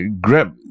grab